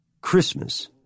Christmas